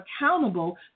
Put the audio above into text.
accountable